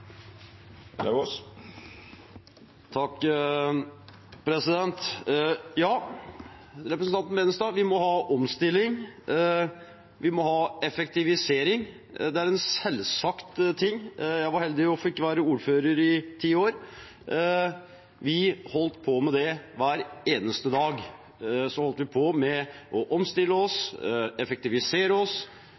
Ja, representanten Tveiten Benestad, vi må ha omstilling, vi må ha effektivisering. Det er en selvsagt ting. Jeg var heldig og fikk være ordfører i ti år. Vi holdt på med det hver eneste dag – med å omstille oss, effektivisere oss